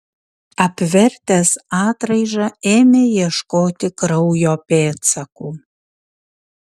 apvertęs atraižą ėmė ieškoti kraujo pėdsakų